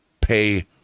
pay